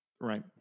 Right